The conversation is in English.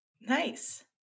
Nice